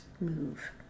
move